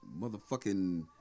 motherfucking